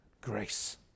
grace